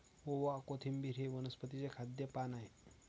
ओवा, कोथिंबिर हे वनस्पतीचे खाद्य पान आहे